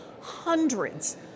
hundreds